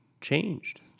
changed